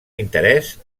interès